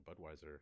Budweiser